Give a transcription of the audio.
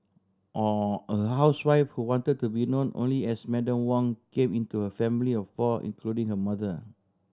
a a housewife who wanted to be known only as Madam Wong came into her family of four including her mother